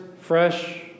fresh